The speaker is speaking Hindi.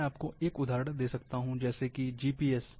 मैं आपको एक उदाहरण दे सकता हूं जैसे कि जीपीएस